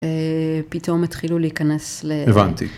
פתאום התחילו להיכנס לאתר.. הבנתי.